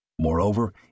Moreover